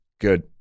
good